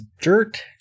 dirt